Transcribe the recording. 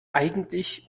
eigentlich